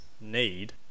need